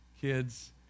kids